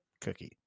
cookie